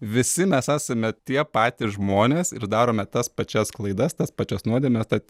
visi mes esame tie patys žmonės ir darome tas pačias klaidas tas pačias nuodėmes tad